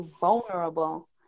vulnerable